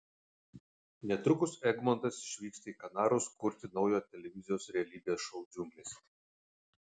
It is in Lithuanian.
netrukus egmontas išvyksta į kanarus kurti naujo televizijos realybės šou džiunglėse